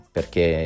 Perché